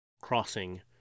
crossing